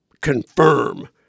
confirm